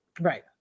right